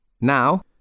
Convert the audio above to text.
Now